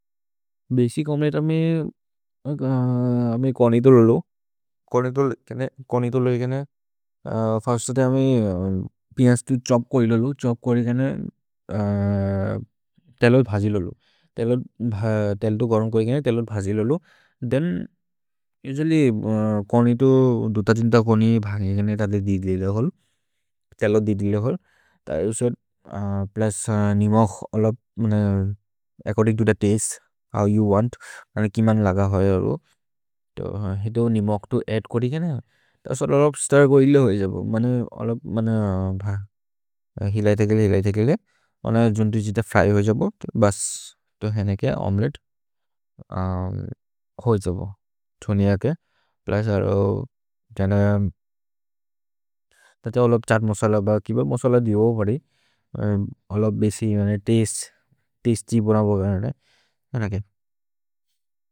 भेसि कोमेत् अमे कनि तो लोलो। कनि तो लोलो केने फस्त ते अमे पियन्स् तो छोप् कोइ लोलो। छ्होप् कोइ केने तेलोर् भजि लोलो। तेलोर् तेल् तो गरम् कोइ केने, तेलोर् भजि लोलो। थेन् उसुअल्ल्य् कनि तो दुत जिन्त कनि भगि केने तदे दिद् गिले होल्। तेलोर् दिद् गिले होल्। थेन् योउ शोउल्द् प्लचे निमक् according to the taste, how you want. कनि कीमन् लग होय हो। हेदो निमक् तो अद्द् कोदि केने। तस लोलो स्तिर् गो हिले होइ जबु। मने अल भ। हिले तेकेले, हिले तेकेले। मने जुन्तु जित फ्र्य् होइ जबु। भस्। तो हेने के ओमेलेत्ते होइ जबु। थोनिअ के। प्लै सरो। जन। तते अल छत् मसल भगि। मसल दि हो भदि। अल बेसि मने तस्ते। तस्त्य् पुरम् भगि हेने। And again.